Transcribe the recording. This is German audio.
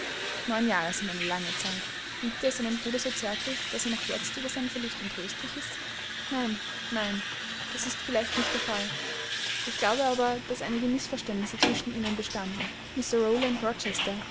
neun jahre sind eine lange zeit liebte er seinen bruder so zärtlich daß er noch jetzt über seinen verlust untröstlich ist nein nein das ist vielleicht nicht der fall ich glaube aber daß einige mißverständnisse zwischen ihnen bestanden